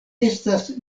estas